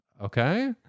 okay